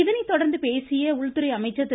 இதனைத் தொடர்ந்து பேசிய உள்துறை அமைச்சர் திரு